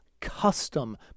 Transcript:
custom